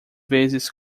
vezes